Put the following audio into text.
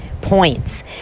points